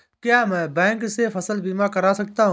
क्या मैं बैंक से फसल बीमा करा सकता हूँ?